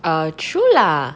err true lah